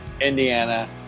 Indiana